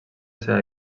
seva